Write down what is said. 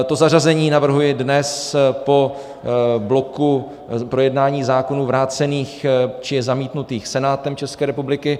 To zařazení navrhuji dnes po bloku projednání zákonů vrácených či zamítnutých Senátem České republiky.